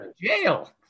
jail